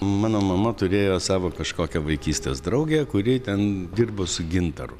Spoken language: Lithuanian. mano mama turėjo savo kažkokią vaikystės draugę kuri ten dirbo su gintaru